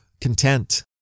content